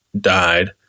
died